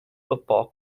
football